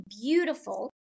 beautiful